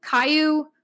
Caillou